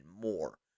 more